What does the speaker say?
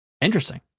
interesting